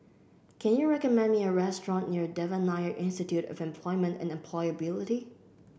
can you recommend me a restaurant near Devan Nair Institute of Employment and Employability